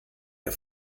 der